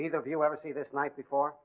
neither of you ever see this night before